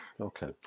Okay